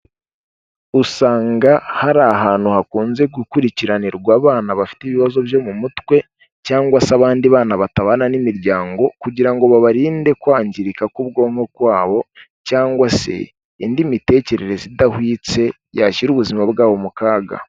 Usanga hari ahantu hakunze gukurikiranirwa abana bafite ibibazo byo mu mutwe cyangwa se abandi bana batabana n'imiryango kugira ngo babarinde kwangirika k'ubwonko kwabo cyangwa se indi mitekerereze idahwitse, yashyira ubuzima bwabo mu kaga.